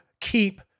keep